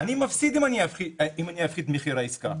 אני מפסיד אם אני אפחית את מחיר העסקה.